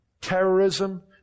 terrorism